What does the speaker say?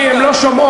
הן לא שומעות.